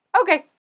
Okay